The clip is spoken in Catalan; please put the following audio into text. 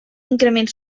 increment